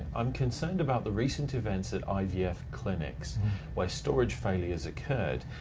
i'm concerned about the recent events at ivf clinics where storage failures occurred.